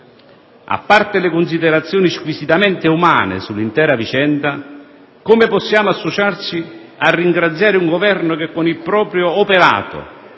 A parte le considerazioni squisitamente umane sull'intera vicenda, come possiamo associarci al ringraziamento rivolto ad un Governo che con il proprio operato